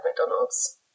McDonald's